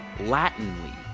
latinly.